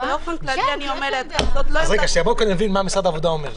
אני רוצה להבין את ההצעה של משרד העבודה.